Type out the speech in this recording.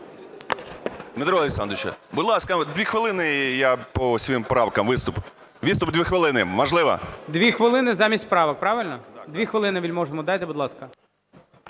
Дмитро Олександрович, будь ласка, 2 хвилини, я по своїм правкам виступлю. Виступ 2 хвилини можливо? ГОЛОВУЮЧИЙ. Дві хвилини замість правок, правильно? Дві хвилини Вельможному дайте, будь ласка.